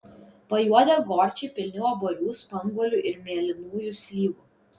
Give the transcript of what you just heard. pajuodę gorčiai pilni obuolių spanguolių ir mėlynųjų slyvų